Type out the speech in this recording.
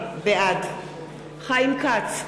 בעד חיים כץ,